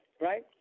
Right